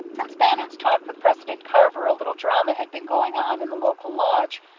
since bannon's talk with president carver a little drama had been going on in the local lodge,